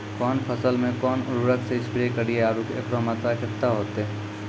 कौन फसल मे कोन उर्वरक से स्प्रे करिये आरु एकरो मात्रा कत्ते होते?